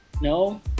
No